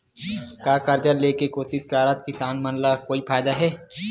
का कर्जा ले के कोशिश करात किसान मन ला कोई फायदा हे?